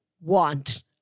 want